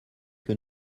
que